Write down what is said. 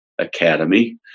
academy